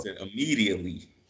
Immediately